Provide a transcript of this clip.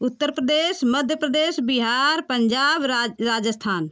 उत्तर प्रदेश मध्य प्रदेश बिहार पंजाब राज राजस्थान